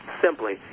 simply